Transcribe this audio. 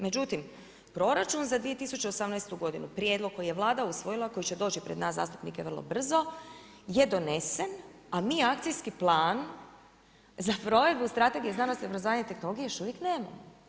Međutim, proračun za 2018. prijedlog koji je Vlada usvojila koja će doći pred nas zastupnike vrlo brzo je donesen, a nije akcijski plan za provedbu strategije znanosti i obrazovanja tehnologije još uvijek nema.